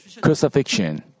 crucifixion